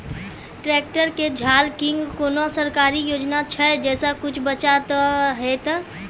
Tractor के झाल किंग कोनो सरकारी योजना छ जैसा कुछ बचा तो है ते?